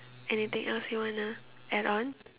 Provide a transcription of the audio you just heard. anything else you want to add on